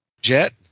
Jet